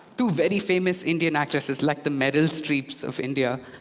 two very famous indian actresses, like the meryl streeps of india.